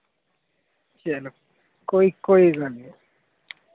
चलो कोई कोई गल्ल नि